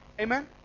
Amen